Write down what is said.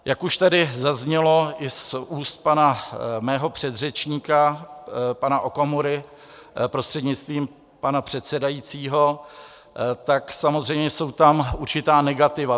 Jak už tady zaznělo i z úst mého předřečníka pana Okamury prostřednictvím pana předsedajícího, samozřejmě jsou tam tedy určitá negativa.